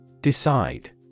Decide